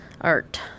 Art